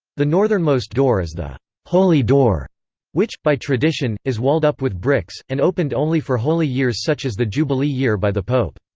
the northernmost door is the holy door which, by tradition, is walled-up with bricks, and opened only for holy years such as the jubilee year by the pope.